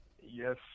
Yes